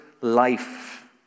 life